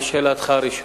לשאלתך הראשונה,